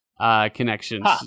Connections